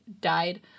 died